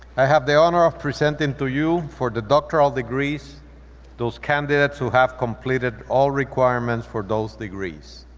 i have the honor of presenting to you for the doctoral degrees those candidates who have completed all requirements for those degrees.